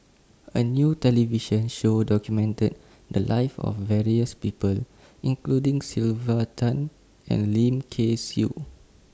A New television Show documented The Lives of various People including Sylvia Tan and Lim Kay Siu